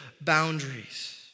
boundaries